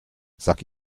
sag